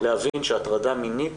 להבין שהטרדה מינית